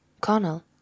Connell